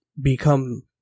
become